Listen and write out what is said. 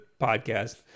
podcast